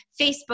Facebook